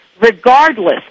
regardless